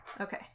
Okay